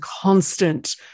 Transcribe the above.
constant